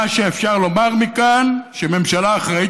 מה שאפשר לומר מכאן הוא שממשלה אחראית,